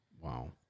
Wow